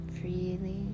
freely